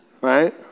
right